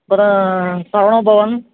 அப்புறம் சரவண பவன்